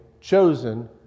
chosen